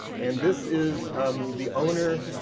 and this is um the owner.